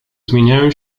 zmieniają